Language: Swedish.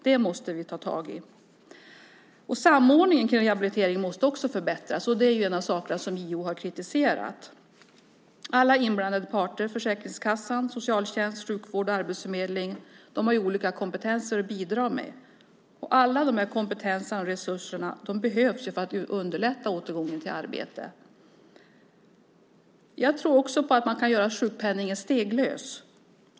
Det måste vi ta itu med. Samordningen kring rehabilitering måste också förbättras. Det är en av de saker som JO har kritiserat. Alla inblandade parter, Försäkringskassan, socialtjänst, sjukvård och arbetsförmedling, har olika kompetenser att bidra med. Alla de här kompetenserna och resurserna behövs för att underlätta återgången till arbete. Jag tror att man kan göra sjukpenningen steglös.